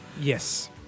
Yes